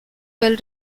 well